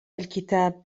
الكتاب